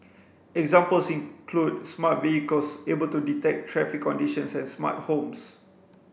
examples include smart vehicles able to detect traffic conditions and smart homes